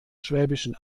schwäbischen